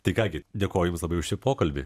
tai ką gi dėkoju jums labai už šį pokalbį